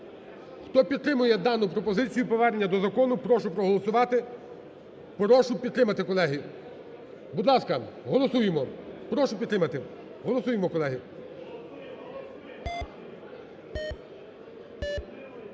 Хто підтримує дану пропозицію, повернення до закону, прошу проголосувати, прошу підтримати, колеги. Будь ласка, голосуємо. Прошу підтримати. Голосуємо, колеги.